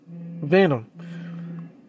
venom